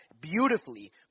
beautifully